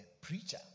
preacher